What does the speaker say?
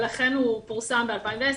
ולכן הוא פורסם ב-2010,